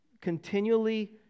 continually